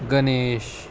Ganesh